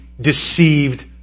deceived